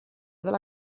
della